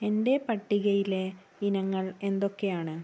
എൻ്റെ പട്ടികയിലെ ഇനങ്ങൾ എന്തൊക്കെയാണ്